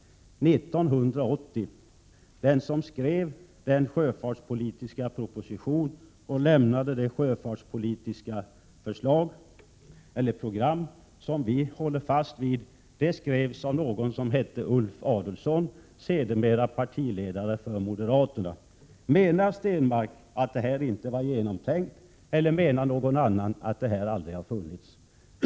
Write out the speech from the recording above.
Den som skrev den sjöfartspolitiska propositionen och lade fram det sjöfartspolitiska programmet, som vi håller fast vid, heter Ulf Adelsohn, sedermera moderaternas partiledare. Menar Per Stenmarck att innehållet i dessa alster inte var genomtänkt, eller menar han att det aldrig har förts någon sjöfartspolitik i Sverige?